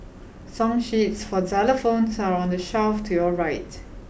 song sheets for xylophones are on the shelf to your right